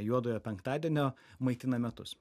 juodojo penktadienio maitina metus